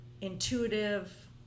intuitive